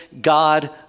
God